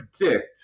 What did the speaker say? predict